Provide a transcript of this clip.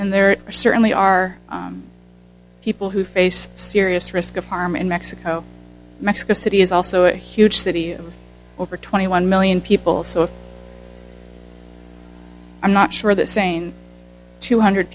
and there certainly are people who face serious risk of harm in mexico mexico city is also a huge city of over twenty one million people so i'm not sure the sane two hundred